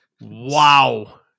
Wow